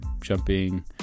jumping